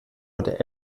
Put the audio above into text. oder